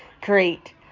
Great